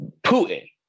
Putin